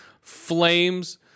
flames